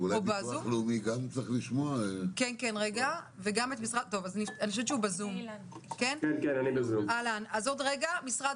היא לחכות עם המתווה עד לסיום ההמלצות של ועדת